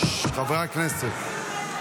חברי הכנסת.